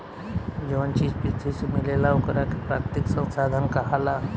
जवन चीज पृथ्वी से मिलेला ओकरा के प्राकृतिक संसाधन कहाला